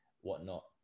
whatnot